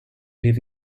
live